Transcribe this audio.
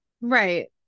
right